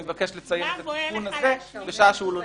אני מבקש לציין את התיקון הזה בשעה שהוא לא נמצא.